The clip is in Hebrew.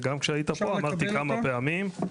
וגם כשהיית פה אמרתי כמה פעמים.